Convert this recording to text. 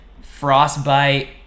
frostbite